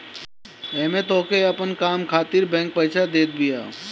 एमे तोहके अपन काम खातिर बैंक पईसा देत बिया